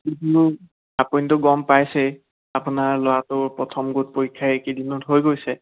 আপুনিতো গম পাইছেই আপোনাৰ ল'ৰাটোৰ প্ৰথম গোট পৰীক্ষাত এইকেইদিনত হৈ গৈছে